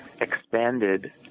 expanded